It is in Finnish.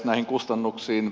näihin kustannuksiin